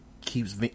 Keeps